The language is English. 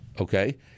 Okay